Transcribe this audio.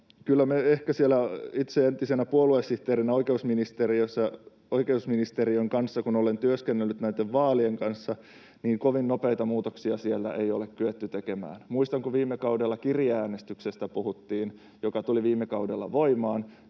mutta kyllä itse entisenä puoluesihteerinä voin sanoa, kun oikeusministeriön kanssa olen työskennellyt vaalien kanssa, että kovin nopeita muutoksia siellä ei ole kyetty tekemään. Muistan, kun viime kaudella puhuttiin kirjeäänestyksestä, joka tuli viime kaudella voimaan,